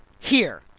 here!